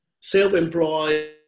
self-employed